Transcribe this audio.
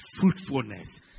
fruitfulness